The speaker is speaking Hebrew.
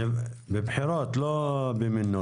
בבחירות, לא במינוי.